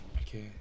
okay